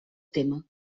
tema